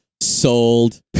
Sold